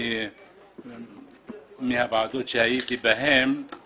מהשתתפותי בוועדות אני